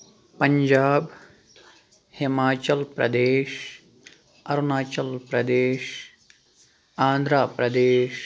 Punjab Himachal Pradesh Arunachal Pradesh Andhra Pradesh